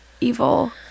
evil